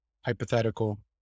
hypothetical